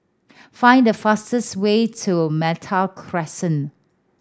find the fastest way to Malta Crescent